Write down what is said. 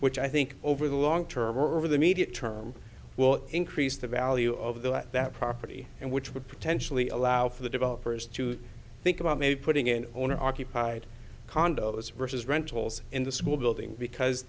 which i think over the long term or over the medium term will increase the value of that property and which would potentially allow for the developers to think about maybe putting in an owner occupied condos riches rentals in the school building because